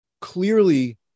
Clearly